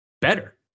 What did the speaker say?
better